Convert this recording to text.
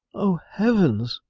oh heavens!